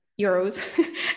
euros